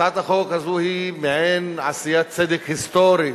הצעת החוק הזו היא מעין עשיית צדק היסטורי